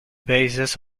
basis